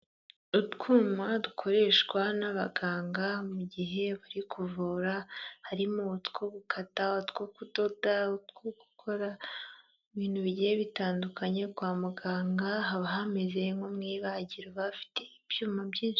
Utwuma dukoreshwa n'abaganga mu gihe bari kuvura, harimo utwo gukata, utwo kudoda, utwo gukora ibintu bigiye bitandukanye, kwa muganga haba hameze nko mu ibagiro baba bafite ibyuma byinshi.